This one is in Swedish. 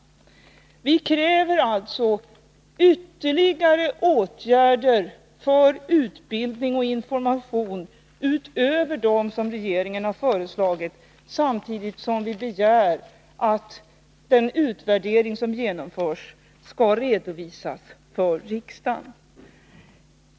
Vi kräver alltså ytterligare åtgärder för utbildning och information utöver dem som regeringen har föreslagit, samtidigt som vi begär att den utvärdering som genomförs skall redovisas för riksdagen.